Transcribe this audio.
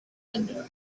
wonder